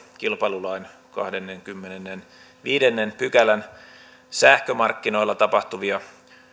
kilpailulain kahdennenkymmenennenviidennen pykälän sähkömarkkinoilla tapahtuvia